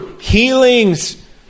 healings